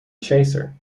chaser